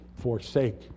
forsake